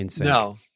No